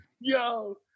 Yo